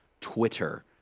Twitter